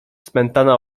spętana